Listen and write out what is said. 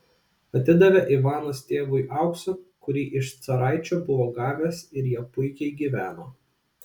atidavė ivanas tėvui auksą kurį iš caraičio buvo gavęs ir jie puikiai gyveno